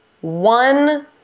one